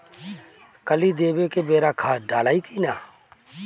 कली देवे के बेरा खाद डालाई कि न?